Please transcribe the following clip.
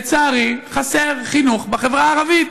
לצערי, חסר חינוך בחברה הערבית.